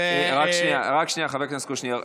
רק שנייה, חבר הכנסת קושניר.